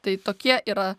tai tokie yra